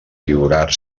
lliurar